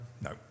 no